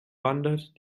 wandert